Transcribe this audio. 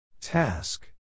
Task